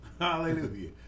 Hallelujah